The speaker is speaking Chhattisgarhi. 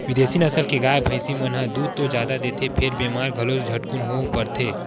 बिदेसी नसल के गाय, भइसी मन ह दूद तो जादा देथे फेर बेमार घलो झटकुन परथे